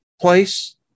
place